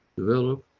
develop,